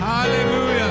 Hallelujah